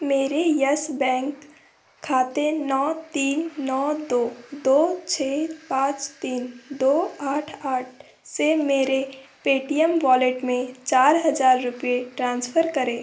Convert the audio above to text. मेरे Yes Bank खाते नौ तीन नौ दो दो छ पाँच तीन दो आठ आठ से मेरे पे टी एम वॉलेट में चार हज़ार रुपये ट्रांसफ़र करें